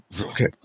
Okay